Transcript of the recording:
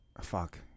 Fuck